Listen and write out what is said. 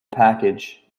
package